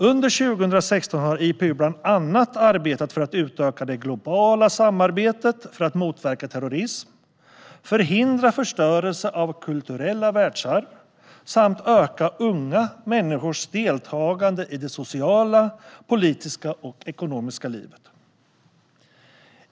Under 2016 har IPU bland annat arbetat för att utöka det globala samarbetet för att motverka terrorism, förhindra förstörelse av kulturella världsarv samt öka unga människors deltagande i det sociala, politiska och ekonomiska livet.